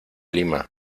lima